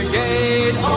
gate